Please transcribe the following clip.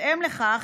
בהתאם לכך,